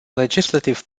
legislative